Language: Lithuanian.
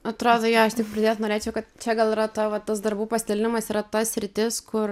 atrodo jo aš tik pridėt norėčiau kad čia gal yra ta va tas darbų pasidalinimas yra ta sritis kur